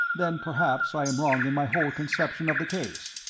then perhaps i am wrong in my whole conception of the case.